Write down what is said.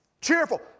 Cheerful